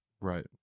right